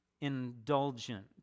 indulgent